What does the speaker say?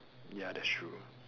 ya that's true